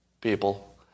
people